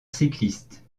cycliste